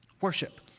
worship